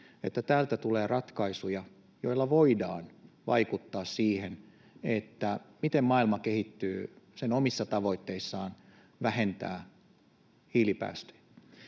että täältä tulee ratkaisuja, joilla voidaan vaikuttaa siihen, miten maailma kehittyy omissa tavoitteissaan vähentää hiilipäästöjä.